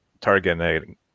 targeting